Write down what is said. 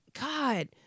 God